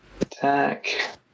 Attack